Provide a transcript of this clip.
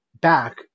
back